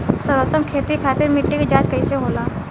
सर्वोत्तम खेती खातिर मिट्टी के जाँच कईसे होला?